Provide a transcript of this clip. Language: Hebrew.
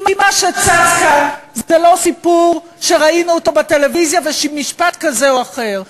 כי מה שצץ כאן זה לא סיפור שראינו בטלוויזיה ומשפט כזה או אחר,